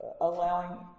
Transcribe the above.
allowing